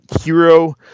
hero